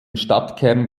stadtkern